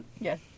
Yes